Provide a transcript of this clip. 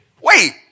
wait